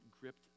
gripped